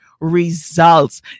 results